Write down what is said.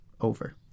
over